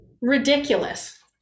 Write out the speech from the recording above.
ridiculous